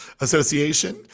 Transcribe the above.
association